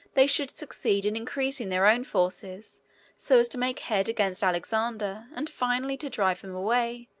they should succeed in increasing their own forces so as to make head against alexander, and finally to drive him away,